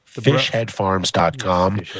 fishheadfarms.com